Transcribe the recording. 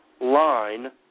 line